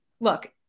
Look